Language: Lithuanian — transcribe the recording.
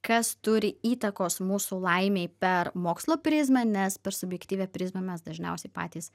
kas turi įtakos mūsų laimei per mokslo prizmę nes per subjektyvią prizmę mes dažniausiai patys